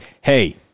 hey